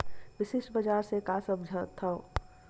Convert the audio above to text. विशिष्ट बजार से का समझथव?